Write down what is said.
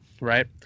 right